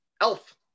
Elf